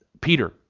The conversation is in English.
Peter